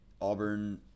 Auburn